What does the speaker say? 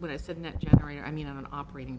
when i said no i mean an operating